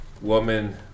woman